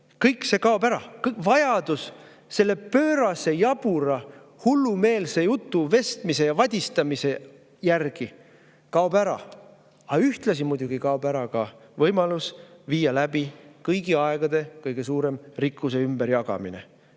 Kõik see kaob ära. Vajadus selle pöörase, jabura, hullumeelse jutuvestmine ja vadistamise järele kaob ära. Aga ühtlasi kaob muidugi ära võimalus viia läbi kõigi aegade kõige suurem rikkuse ümberjagamine.